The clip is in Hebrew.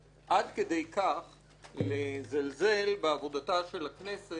עד כדי כך לזלזל בעבודת הכנסת,